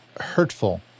hurtful